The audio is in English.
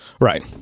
Right